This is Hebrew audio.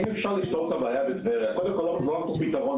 לא היה פה פתרון,